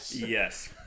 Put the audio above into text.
yes